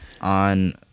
On